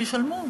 שישלמו.